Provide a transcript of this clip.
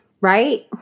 right